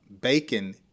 bacon